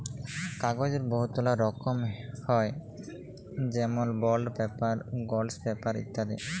কাগ্যজের বহুতলা রকম হ্যয় যেমল বল্ড পেপার, গলস পেপার ইত্যাদি